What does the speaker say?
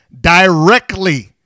directly